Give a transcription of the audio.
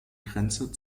grenze